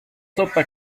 sopa